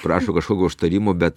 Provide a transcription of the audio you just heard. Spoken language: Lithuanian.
prašo kažkokio užtarimo bet